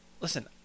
listen